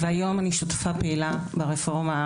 והיום אני שותפה פעילה ברפורמה,